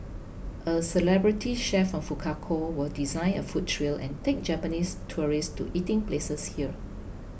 a celebrity chef from Fukuoka will design a food trail and take Japanese tourists to eating places here